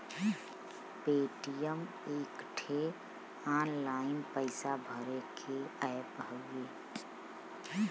Paytm एक ठे online पइसा भरे के ऐप हउवे